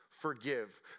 Forgive